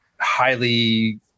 highly